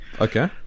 Okay